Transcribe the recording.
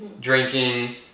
drinking